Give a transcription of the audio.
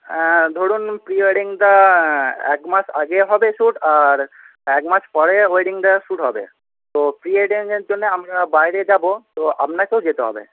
ধরুন প্রিওয়েডিংটা এক মাস আগে হবে শ্যুট আর একমাস পরে ওয়েডিংটা শ্যুট হবে তো প্রিওয়েডিংয়ের জন্য আমরা বাইরে যাব তো আপনাকেও যেতে হবে